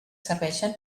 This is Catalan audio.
serveixen